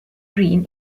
green